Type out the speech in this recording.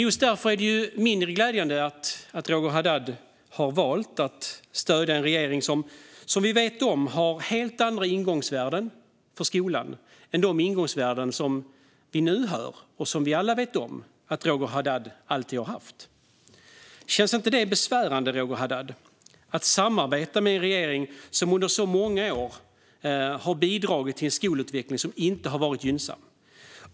Just därför är det mindre glädjande att Roger Haddad har valt att stödja en regering som vi vet har helt andra ingångsvärden för skolan än de ingångsvärden vi nu hör och som vi alla vet om att Roger Haddad alltid har haft. Känns det inte besvärande, Roger Haddad, att samarbeta med en regering som under så många år har bidragit till en skolutveckling som inte har varit gynnsam?